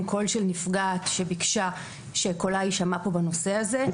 קול של נפגעת שביקשה שקולה יישמע כאן בנושא הזה.